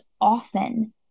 often